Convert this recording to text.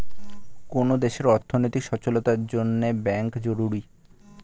কোন দেশের অর্থনৈতিক সচলতার জন্যে ব্যাঙ্ক জরুরি